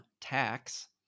tax